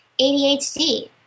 ADHD